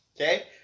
Okay